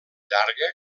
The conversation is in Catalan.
llarga